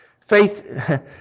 faith